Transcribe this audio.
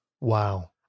Wow